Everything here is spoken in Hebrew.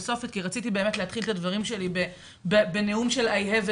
רציתי להתחיל את הדברים שלי בנאום: "יש לי חלום",